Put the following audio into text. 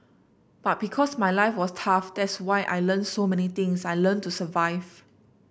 but because my life was tough that's why I learnt so many things I learnt to survive